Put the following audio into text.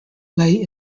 lay